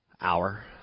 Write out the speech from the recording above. hour